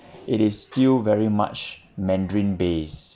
it is still very much mandarin-based